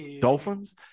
Dolphins